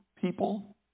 people